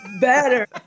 better